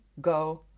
go